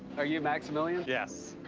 are you maximilian? yes.